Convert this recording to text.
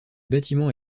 bâtiment